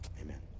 Amen